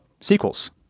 sequels